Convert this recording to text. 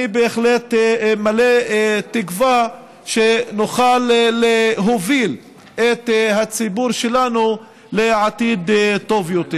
אני בהחלט מלא תקווה שנוכל להוביל את הציבור שלנו לעתיד טוב יותר.